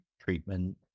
treatment